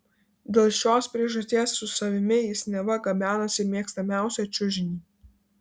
dėl šios priežasties su savimi jis neva gabenasi mėgstamiausią čiužinį